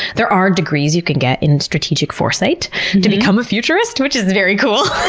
there are degrees you can get in strategic foresight to become a futurist, which is very cool.